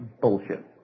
bullshit